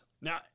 Now